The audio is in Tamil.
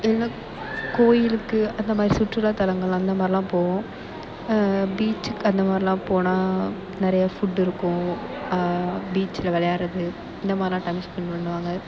இல்லை கோயிலுக்கு அந்தமாதிரி சுற்றுலா தலங்கள் அந்தமாதிரியெல்லாம் போவோம் பீச்சுக்கு அந்தமாதிரியெல்லாம் போனால் நிறைய ஃபுட் இருக்கும் பீச்சில் விளையாடுறது இந்தமாதிரிலாம் டைம் ஸ்பென்ட் பண்ணுவாங்க